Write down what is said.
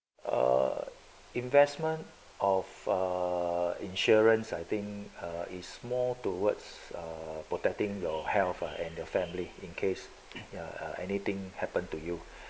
err investment of uh insurance I think is more towards protecting your health uh and your family in case err anything happen to you